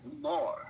more